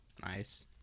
Nice